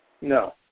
No